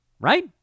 Right